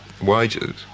wages